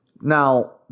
Now